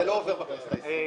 זה לא עובר בכנסת העשרים,